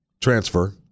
transfer